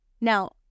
Now